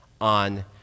on